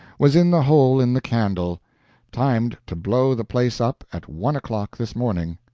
was in the hole in the candle timed to blow the place up at one o'clock this morning,